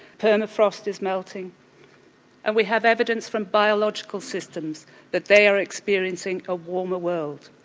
permafrost is melting and we have evidence from biological systems that they are experiencing a warmer world.